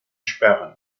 sperren